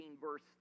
verse